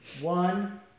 One